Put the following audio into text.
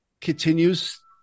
continues